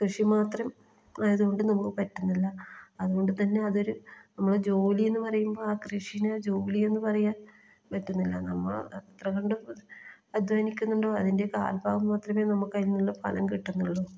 കൃഷി മാത്രം ആയത് കൊണ്ട് നമുക്ക് പറ്റുന്നില്ല അതുകൊണ്ട് തന്നെ അതൊരു നമ്മൾ ജോലീന്ന് പറയുമ്പോൾ ആ കൃഷീനെ ജോലിയെന്ന് പറയാൻ പറ്റുന്നില്ല നമ്മൾ എത്ര കണ്ട് അധ്വാനിക്കുന്നുണ്ടോ അതിൻ്റെ കാൽ ഭാഗം മാത്രമേ നമുക്ക് അതിൽ നിന്നുള്ള ഫലം കിട്ടുന്നുള്ളൂ